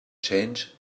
changed